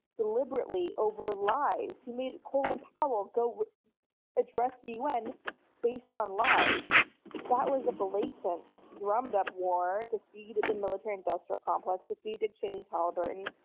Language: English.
deliberately over lies. he made colin powell go address the un based on lies that was a blatant drummed up war to feed the military industrial complex to be dick cheney's halliburton,